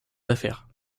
affaires